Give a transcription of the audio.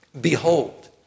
Behold